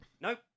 Nope